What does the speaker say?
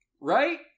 Right